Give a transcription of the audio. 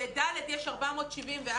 בד' יש 474,